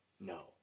no